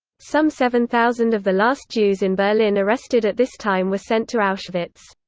some seven thousand of the last jews in berlin arrested at this time were sent to auschwitz.